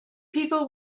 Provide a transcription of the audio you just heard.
people